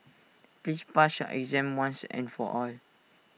please pass your exam once and for all